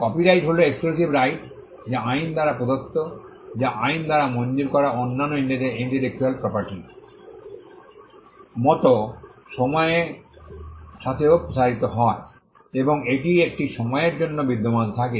copyright হল exclusive right যা আইন দ্বারা প্রদত্ত যা আইন দ্বারা মঞ্জুর করা অন্যান্য ইন্টেলেকচ্যুয়াল প্রপার্টি মতো সময়ের সাথেও প্রসারিত হয় এবং এটি একটি সময়ের জন্য বিদ্যমান থাকে